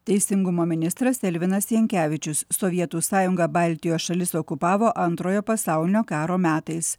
teisingumo ministras elvinas jankevičius sovietų sąjunga baltijos šalis okupavo antrojo pasaulinio karo metais